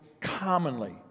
commonly